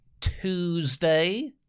Tuesday